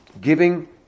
giving